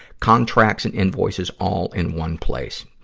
contracts, and invoices all in one place.